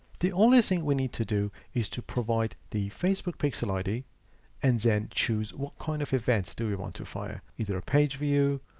the only thing we need to do is to provide the facebook pixel id and then choose what kind of events do we want to fire either a page view,